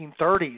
1930s